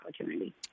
opportunity